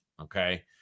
Okay